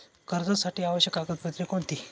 कर्जासाठी आवश्यक कागदपत्रे कोणती?